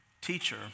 teacher